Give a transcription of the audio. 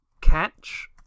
catch